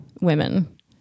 women